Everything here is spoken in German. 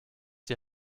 die